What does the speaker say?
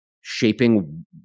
shaping